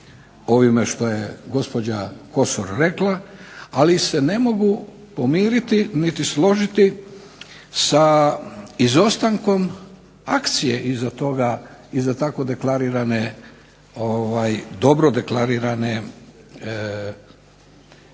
ovime što je gospođa Kosor rekla, ali se ne mogu pomiriti niti složiti sa izostankom akcije iza toga, iza tako deklarirane, dobro